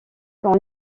quand